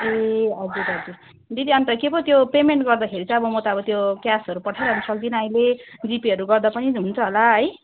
ए हजुर हजुर दिदी अन्त के पो त्यो पेमेन्ट गर्दाखेरि चाहिँ अब म त अब त्यो क्यासहरू पठाइरहनु सक्दिनँ अहिले जिपेहरू गर्दा पनि हुन्छ होला है